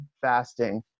fasting